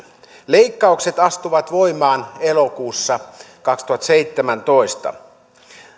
leikkaukset astuvat voimaan elokuussa kaksituhattaseitsemäntoista